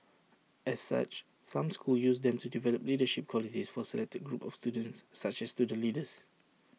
as such some schools use them to develop leadership qualities for selected groups of students such as student leaders